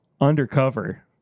undercover